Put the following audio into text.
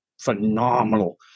phenomenal